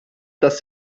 dass